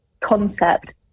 concept